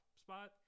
spot